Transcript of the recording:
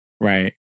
right